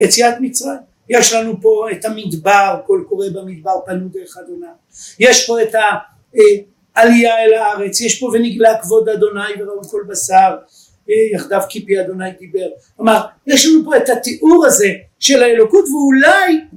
יציאת מצרים. יש לנו פה את המדבר, קול קורא במדבר פנו דרך אדוניי, יש פה את העלייה אל הארץ, יש פה ונגלה כבוד אדוניי וראו כל בשר יחדיו כפי אדוניי דיבר. כלומר יש לנו פה את התיאור הזה של האלוקות, ואולי